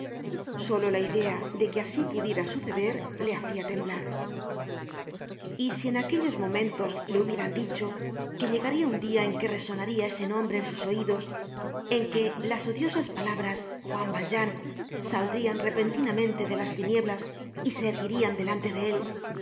solo la idea de que asi pudiera suceder le hacia temblar y si en aquellos momentos le hubieran dicho que llegaria un dia en que resonaria ese nombre en sus oidos en que las odiosas palabras juan valjean saldrian repentinamente de las tinieblas y se erguirian delante de él